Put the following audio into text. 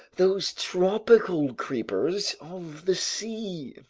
those tropical creepers of the sea,